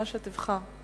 מה שתבחר.